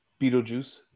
Beetlejuice